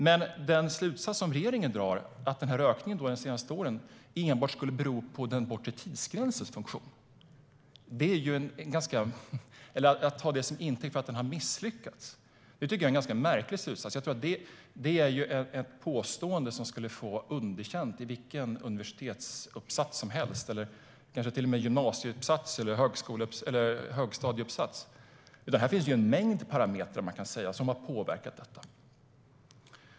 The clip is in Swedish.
Men den slutsats som regeringen drar, att ökningen de senaste åren enbart skulle bero på den bortre tidsgränsens funktion, tar man som intäkt för att denna har misslyckats. Det tycker jag är en ganska märklig slutsats. Jag tror att det är ett påstående som skulle få underkänt i vilken universitetsuppsats eller kanske till och med gymnasieuppsats eller högstadieuppsats som helst. Det finns ju en mängd parametrar som har påverkat detta.